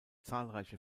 zahlreiche